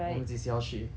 我们几时要去